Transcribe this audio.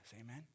Amen